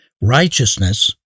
Righteousness